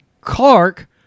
Clark